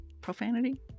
profanity